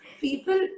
people